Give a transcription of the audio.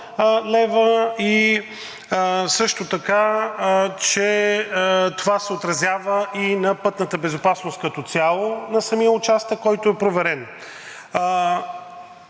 лв. и също така, че това се отразява и на пътната безопасност като цяло на самия участък, който е проверен.